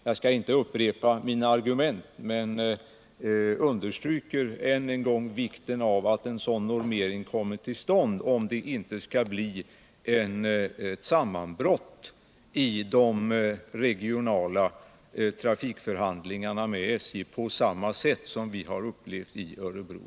Jag skall inte upprepa mina argument, men vill bara än en gång understryka vikten av att en sådan normering kommer till stånd, så att det inte blir ett sådant sammanbrott i de regionala trafikförhandlingarna med SJ som det vi har upplevt i Örebro län.